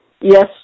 Yes